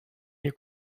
hier